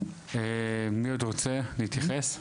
מי עוד רוצה להתייחס?